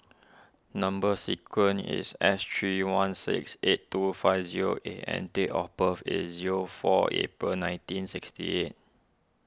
Number Sequence is S three one six eight two five zero A and date of birth is zero four April nineteen sixty eight